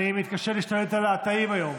אני מתקשה להשתלט על התאים היום,